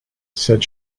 said